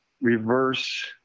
reverse